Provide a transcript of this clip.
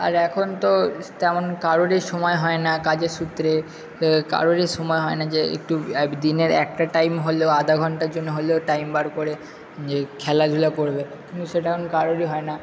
আর এখন তো তেমন কারোরই সময় হয় না কাজের সূত্রে কারোরই সময় হয় না যে একটু দিনের একটা টাইম হলেও আধা ঘন্টার জন্য হলেও টাইম বার করে যে খেলাধুলা করবে কিন্তু সেটা এখন কারোরই হয় না